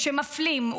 כשמפלים,